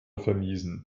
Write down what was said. vermiesen